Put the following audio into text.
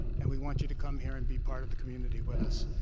and we want you to come here and be part of the community with us.